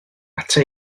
ata